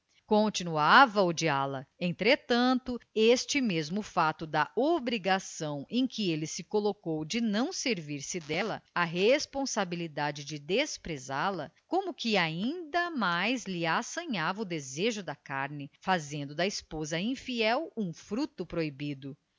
continuava a odiá la entretanto este mesmo fato de obrigação em que ele se colocou de não servir se dela a responsabilidade de desprezá la como que ainda mais lhe assanhava o desejo da carne fazendo da esposa infiel um fruto proibido